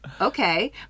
Okay